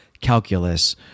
calculus